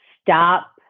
stop